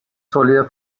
sólida